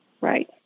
Right